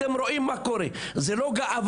אתם רואים מה קורה, זו לא גאווה.